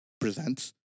presents